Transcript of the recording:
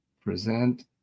Present